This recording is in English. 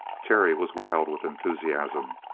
terry was wild with enthusiasm.